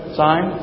sign